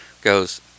goes